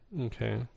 Okay